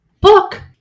book